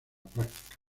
práctica